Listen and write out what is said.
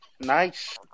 Nice